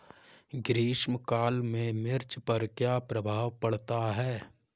ग्रीष्म काल में मिर्च पर क्या प्रभाव पड़ता है?